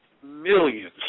Millions